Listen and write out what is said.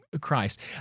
Christ